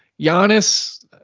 Giannis